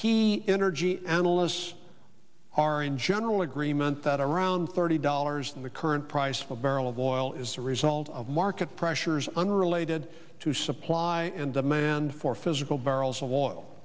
key energy analysts are in general agreement that around thirty dollars in the current price of a barrel of oil as a result of market pressures unrelated to supply and demand for physical barrels of